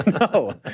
No